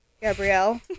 Gabrielle